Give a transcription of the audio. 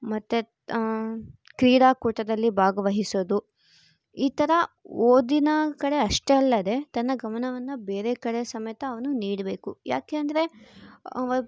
ಮತ್ತು ಕ್ರೀಡಾಕೂಟದಲ್ಲಿ ಭಾಗವಹಿಸೋದು ಈ ಥರ ಓದಿನ ಕಡೆ ಅಷ್ಟೆ ಅಲ್ಲದೆ ತನ್ನ ಗಮನವನ್ನು ಬೇರೆ ಕಡೆ ಸಮೇತ ಅವನು ನೀಡಬೇಕು ಯಾಕೆ ಅಂದರೆ